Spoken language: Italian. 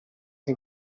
che